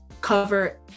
Cover